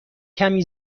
کمی